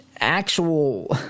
Actual